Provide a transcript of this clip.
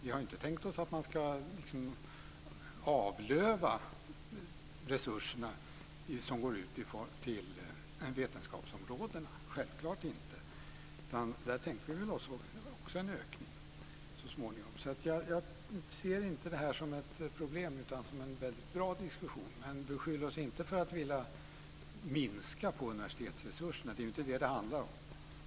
Vi har ju inte tänkt oss att man ska avlöva resurserna till vetenskapsområdena, självfallet inte. Där tänkte vi oss också en ökning så småningom. Jag ser inte det här som ett problem utan som en väldigt bra diskussion. Men beskyll oss inte för att vilja minska på universitetsresurserna! Det är ju inte det som det handlar om.